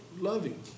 Loving